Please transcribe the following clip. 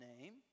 name